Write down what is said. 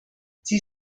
sie